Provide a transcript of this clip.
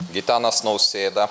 gitanas nausėda